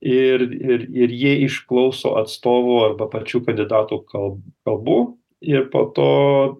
ir ir ir jie išklauso atstovų arba pačių kandidatų kal kalbų ir po to